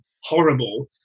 horrible